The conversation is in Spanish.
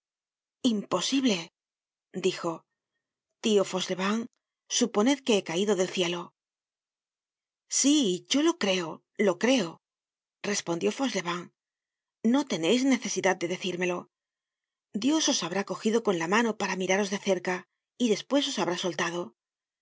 imposible dijo tio fauchelevent suponed que he caido del cielo sí yo lo creo lo creo respondió fauchelevent no teneis necesidad de decírmelo dios os habrá cogido con la mano para miraros de cerca y despues os habrá